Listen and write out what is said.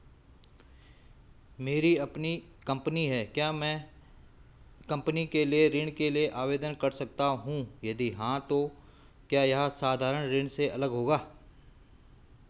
मेरी अपनी कंपनी है क्या मैं कंपनी के लिए ऋण के लिए आवेदन कर सकता हूँ यदि हाँ तो क्या यह साधारण ऋण से अलग होगा?